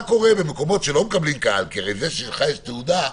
מה קורה במקומות שלא מקבלים קהל זה שלך יש תעודה,